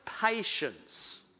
patience